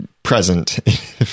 present